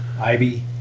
Ivy